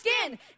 skin